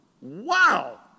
Wow